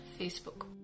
Facebook